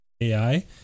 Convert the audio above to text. AI